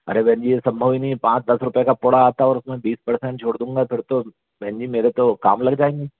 अरे बहन जी ये सम्भव ही नहीं है पाँच दस रुपये का पुडा आता और उसमें बीस परसेंट छोड़ दूंगा फिर तो बहन जी मेरे तो काम लग जाएंगे